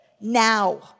now